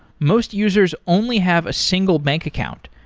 most users only have a single bank account,